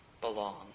belong